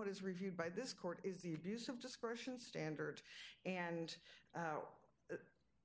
what is reviewed by this court is use of just question standard and